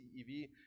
CEV